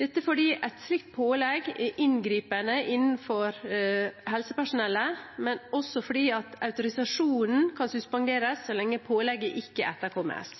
dette fordi et slikt pålegg er inngripende overfor helsepersonell, men også fordi autorisasjonen kan suspenderes så lenge pålegget ikke etterkommes.